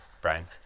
Brian